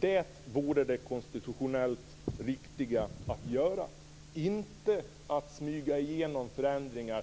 Det vore det konstitutionellt riktiga att göra, inte att smyga igenom förändringar